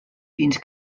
fins